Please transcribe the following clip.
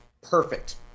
perfect